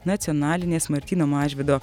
nacionalinės martyno mažvydo